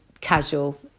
casual